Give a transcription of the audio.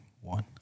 one